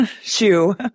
shoe